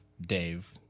Dave